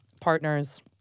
partners